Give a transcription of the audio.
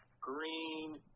green